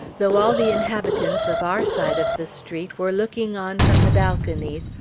though all the inhabitants of our side of the street were looking on from the balconies,